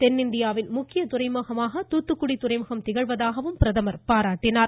தென்னிந்தியாவின் முக்கிய துறைமுகமாக தூத்துக்குடி துறைமுகம் திகழ்வதாக பிரதமர் கூறினார்